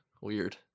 weird